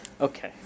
Okay